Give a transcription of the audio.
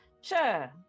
Sure